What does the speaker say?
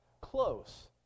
close